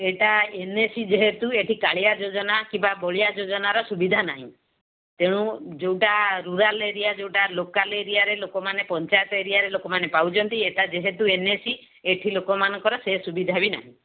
ଏଇଟା N A C ଯେହେତୁ ଏଠି କାଳିଆ ଯୋଜନା କିମ୍ବା ବଳିଆ ଯୋଜନାର ସୁବିଧା ନାହିଁ ତେଣୁ ଯେଉଁଟା ରୁରାଲ୍ ଏରିଆ ଯେଉଁଟା ଲୋକାଲ୍ ଏରିଆରେ ଲୋକମାନେ ପଞ୍ଚାୟତ ଏରିଆରେ ଲୋକମାନେ ପାଉଛନ୍ତି ଏଇଟା ଯେହେତୁ ଏନ୍ ଏ ସି ଏଠି ଲୋକମାନଙ୍କର ସେ ସୁବିଧା ବି ନାହିଁ